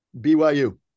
BYU